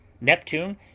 Neptune